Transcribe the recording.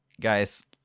guys